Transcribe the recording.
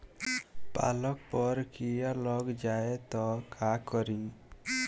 पालक पर कीड़ा लग जाए त का करी?